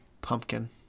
Pumpkin